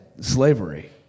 slavery